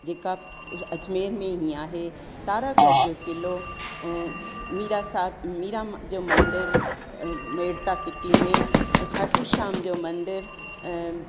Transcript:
जेका अजमेर में ई आहे तारागढ़ जो क़िलो ऐं मीरासाक मीरा जो मंदरु मेड़ता सिटी में खाटू श्याम जो मंदरु